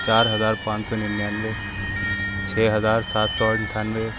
چار ہزار پانچ سو ننانوے چھ ہزار سات سو انٹھانوے